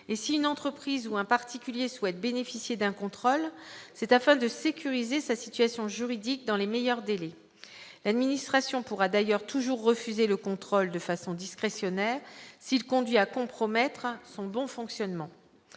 Si une entreprise ou un particulier souhaite bénéficier d'un contrôle, c'est afin de sécuriser sa situation juridique dans les meilleurs délais. L'administration pourra d'ailleurs toujours refuser le contrôle de façon discrétionnaire, s'il conduit à compromettre son bon fonctionnement.